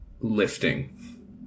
lifting